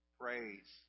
praise